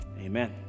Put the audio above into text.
amen